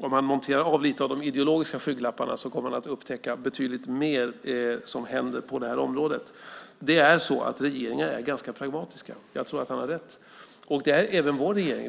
Om han monterar av lite av de ideologiska skygglapparna tror jag att han kommer att upptäcka betydligt mer som händer på det här området. Regeringar är ganska pragmatiska - jag tror att han har rätt. Det är även vår regering.